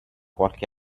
qualche